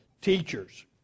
teachers